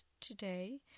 today